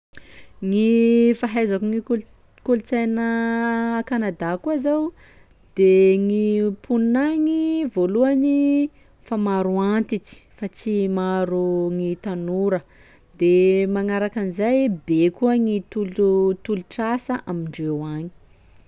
Gny fahaizako gny kol- kolontsaina a- Kanada koa zao de gny mponina agny voalohany fa maro antitsy fa tsy maro gny tanora, de magnaraka an'izay be koa gny tolo- tolotr'asa amindreo agny.